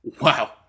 Wow